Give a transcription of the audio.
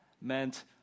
meant